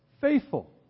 Faithful